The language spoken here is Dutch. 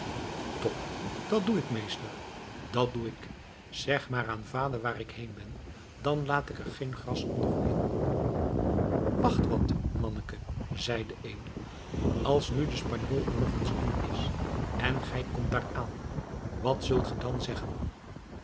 top dat doe ik meester dat doe ik zeg maar aan vader waar ik heen ben dan laat ik er geen gras onder groeien wacht wat manneke zeide een als nu de spanjool er nog eens in is en gij komt daar aan wat zult ge dan zeggen